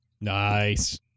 Nice